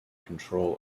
control